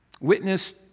Witness